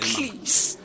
Please